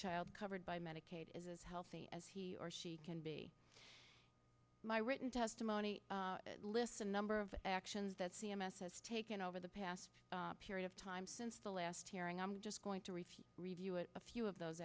child covered by medicaid is as healthy as he or she can be my written testimony listen number of actions that c m s has taken over the past period of time since the last hearing i'm just going to repeat review it a few of those